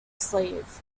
sleeve